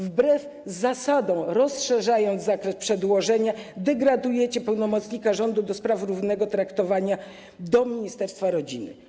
Wbrew zasadom, rozszerzając zakres przedłożenia, degradujecie pełnomocnika rządu ds. równego traktowania do ministerstwa rodziny.